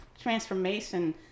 transformation